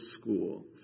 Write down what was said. School